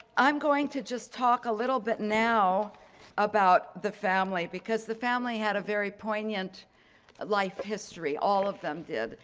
i'm going to just talk a little bit now about the family, because the family had a very poignant life history, all of them did.